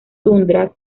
tundra